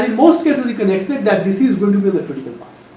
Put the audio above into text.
ah most cases you can expect that this is going to be that particular path,